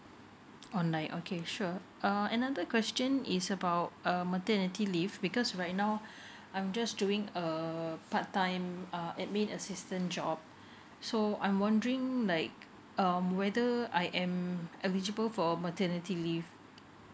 online okay sure um another question is about uh maternity leave because right now I'm just doing a uh part time admin assistant job so I'm wondering like um whether I am eligible for maternity leave